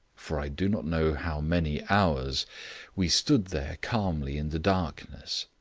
for i do not know how many hours we stood there calmly in the darkness.